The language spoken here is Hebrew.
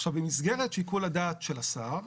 במסגרת שיקול הדעת של השר,